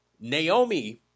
Naomi